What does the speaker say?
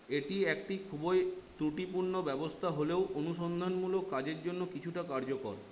এটি একটি খুবই ত্রুটিপূর্ণ ব্যবস্থা হলেও অনুসন্ধানমূলক কাজের জন্য কিছুটা কার্যকর